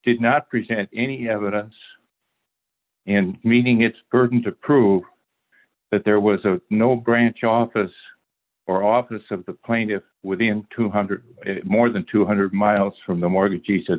did not present any evidence and meeting its burden to prove that there was no branch office or office of the plaintiff within two hundred more than two hundred miles from the mortgage